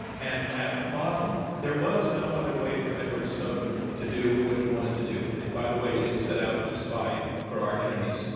and at bottom, there was no other way for edward snowden to do what he wanted to do. and by the way, he didn't set out to spy for our enemies.